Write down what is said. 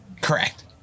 Correct